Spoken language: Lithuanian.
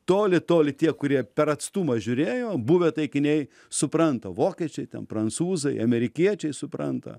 toli toli tie kurie per atstumą žiūrėjo buvę taikiniai supranta vokiečiai ten prancūzai amerikiečiai supranta